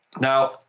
Now